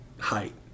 height